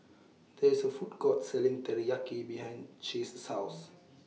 There IS A Food Court Selling Teriyaki behind Chase's House